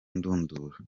ndunduro